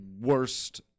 worst